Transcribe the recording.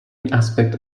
aspect